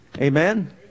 amen